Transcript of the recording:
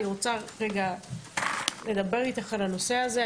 אני רוצה לדבר איתך על הנושא הזה.